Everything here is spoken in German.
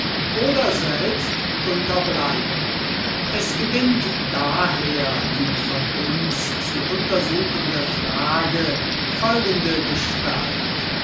oder selbst unterbleiben es gewinnt daher die von uns zu untersuchende frage folgende gestalt